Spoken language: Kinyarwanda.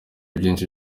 byinshi